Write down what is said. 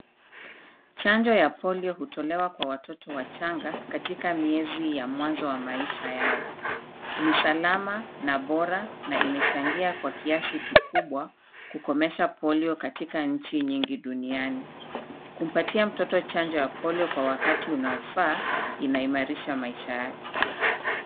Chanjo ya polio hutolewa kwa watoto wachanga katika miezi ya mwanzo wa maisha yao. Ni salama na bora na imechangia kwa kiasi kikubwa kukomesha polio katika nchi nyingi duniani. Kumpatia mtoto chanjo ya polio kwa wakati unaofaa, inaimarisha maisha yake.